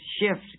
shift